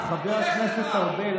חבר הכנסת ארבל.